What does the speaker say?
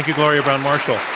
gloria browne-marshall.